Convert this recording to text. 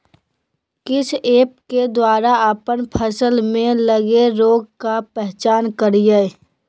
किस ऐप्स के द्वारा अप्पन फसल में लगे रोग का पहचान करिय?